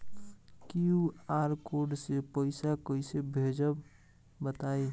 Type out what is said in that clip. QR code से पईसा कईसे भेजब बताई?